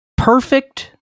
Perfect